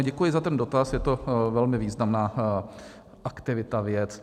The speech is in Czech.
Děkuji za ten dotaz, je to velmi významná aktivita, věc.